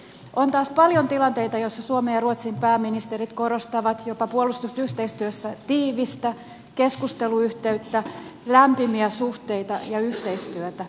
on taas paljon tilanteita joissa suomen ja ruotsin pääministerit korostavat jopa puolustusyhteistyössä tiivistä keskusteluyhteyttä lämpimiä suhteita ja yhteistyötä